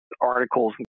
articles